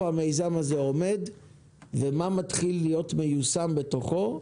המיזם הזה עומד ומה מתחיל להיות מיושם בתוכו,